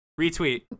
Retweet